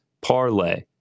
Parlay